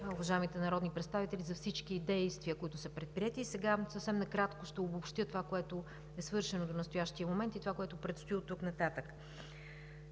уважаемите народни представители за всички действия, които са предприети. Сега съвсем накратко ще обобщя това, което е свършено до настоящия момент и онова, което предстои оттук нататък.